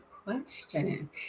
Question